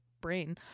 brain